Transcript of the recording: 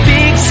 Big